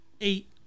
eight